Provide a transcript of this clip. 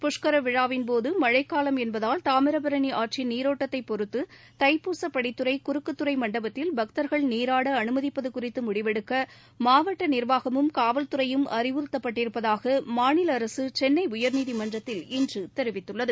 புஷ்கரவிழாவின்போதுமழைக்காலம் தாமிரபரணிஆற்றின் நீரோட்டத்தைப் பொறுத்துதைப்பூச பக்தர்கள் படித்துறை குறுக்குத்துறைமண்டபத்தில் நீராடஅனுமதிப்பதுகுறித்துமுடிவெடுக்கமாவட்டநிர்வாகமும் காவல்துறையும் அறிவுறுத்தப்பட்டிருப்பதாகமாநிலஅரசுசென்னைஉயா்நீதிமன்றத்தில் இன்றுதெரிவித்துள்ளது